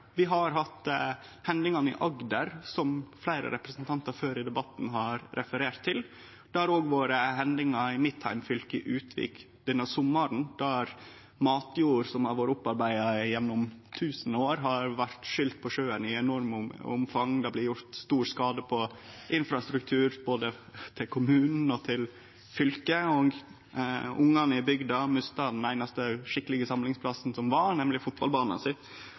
Vi har hatt hendingane i Agder, som fleire representantar har referert til i debatten. Det har òg vore hendingar i mitt heimfylke denne sommaren, i Utvik. Matjord som var opparbeidd gjennom tusen år, blei skylt på sjøen i enormt omfang, det blei gjort stor skade på infrastrukturen til både kommunen og fylket, og ungane i bygda mista den einaste skikkelege samlingsplassen,